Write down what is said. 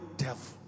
devil